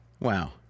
wow